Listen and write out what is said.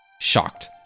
Shocked